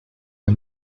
are